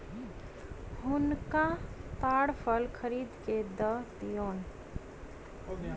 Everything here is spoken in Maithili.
हुनका ताड़ फल खरीद के दअ दियौन